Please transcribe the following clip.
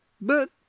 but